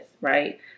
Right